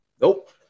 Nope